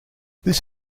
this